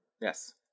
Yes